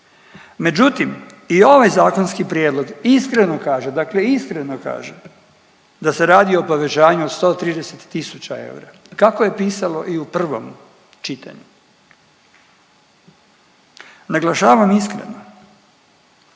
Međutim i ovaj zakonski prijedlog iskreno kaže, dakle iskreno kaže da se radi o povećanju od 130 000 eura kako je pisalo i u prvom čitanju. Naglašavam iskreno,